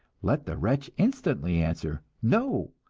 let the wretch instantly answer, no,